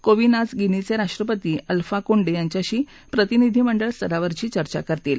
कोविंद आज गिनीचे राष्ट्रपति अल्फा कोंडे यांच्याशी प्रतिनिधिमंडळ स्तरावरची चर्चा करतील